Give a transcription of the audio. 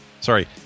sorry